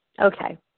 Okay